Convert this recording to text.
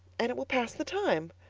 and it will pass the time.